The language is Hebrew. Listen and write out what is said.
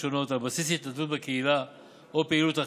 שונות על בסיס התנדבות בקהילה או פעילות אחרת.